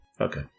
Okay